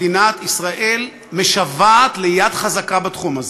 מדינת ישראל משוועת ליד חזקה בתחום הזה.